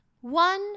One